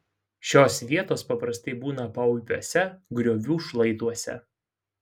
šios vietos paprastai būna paupiuose griovų šlaituose